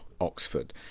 Oxford